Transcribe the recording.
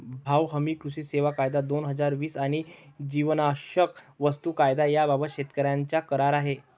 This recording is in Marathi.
भाव हमी, कृषी सेवा कायदा, दोन हजार वीस आणि जीवनावश्यक वस्तू कायदा याबाबत शेतकऱ्यांचा करार आहे